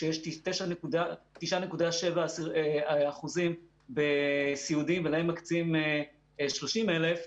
כשיש 9.7% בסיעודיים ולהם מקצים 30,000,